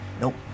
Nope